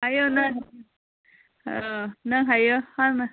ꯍꯥꯏꯌꯨ ꯅꯪ ꯑꯥ ꯅꯪ ꯍꯥꯏꯌꯨ ꯍꯥꯟꯅ